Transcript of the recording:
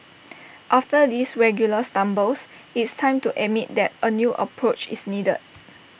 after these regular stumbles it's time to admit that A new approach is needed